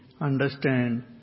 understand